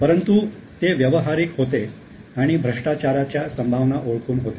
परंतु ते व्यावहारिक होते आणि भ्रष्टाचाराच्या संभावना ओळखून होते